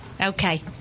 Okay